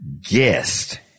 guest